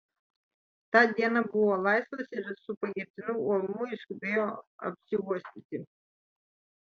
tą dieną buvo laisvas ir su pagirtinu uolumu išskubėjo apsiuostyti